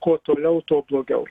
kuo toliau tuo blogiau